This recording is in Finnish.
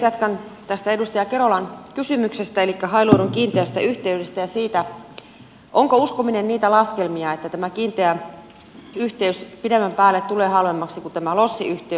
jatkan tästä edustaja kerolan kysymyksestä elikkä hailuodon kiinteästä yhteydestä ja siitä onko uskominen niitä laskelmia että tämä kiinteä yhteys pidemmän päälle tulee halvemmaksi kuin tämä lossiyhteys